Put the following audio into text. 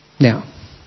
Now